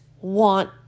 want